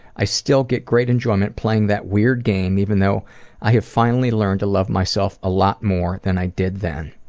i still get great enjoyment playing that weird game, even though i have finally learned to love myself a lot more than i did then.